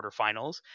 quarterfinals